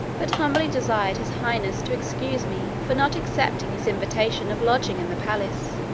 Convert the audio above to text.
but humbly desired his highness to excuse me for not accepting his invitation of lodging in the palace.